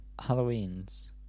Halloween's